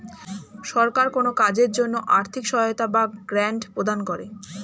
সরকার কোন কাজের জন্য আর্থিক সহায়তা বা গ্র্যান্ট প্রদান করে